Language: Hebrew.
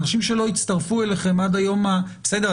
בסדר,